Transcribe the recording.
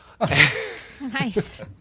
Nice